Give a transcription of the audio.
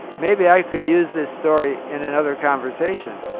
maybe i could use this story in another conversation.